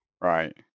right